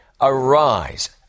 Arise